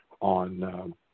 on